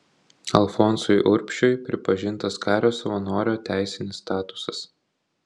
alfonsui urbšiui pripažintas kario savanorio teisinis statusas